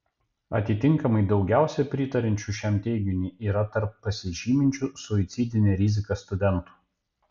atitinkamai daugiausiai pritariančių šiam teiginiui yra tarp pasižyminčių suicidine rizika studentų